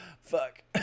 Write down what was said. fuck